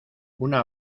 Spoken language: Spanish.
una